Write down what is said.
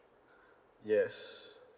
yes